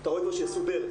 גרמניה,